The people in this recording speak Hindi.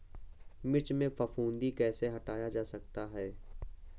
मिर्च में फफूंदी कैसे हटाया जा सकता है?